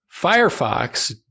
Firefox